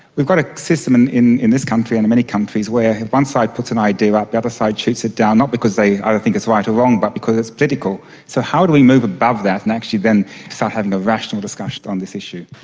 we've got a system and in in this country and in many countries where one side puts an idea up, the other side shoots it down, not because they either think it's right or wrong but because it's political. so how do we move above that and actually then start having a rational discussion on this issue?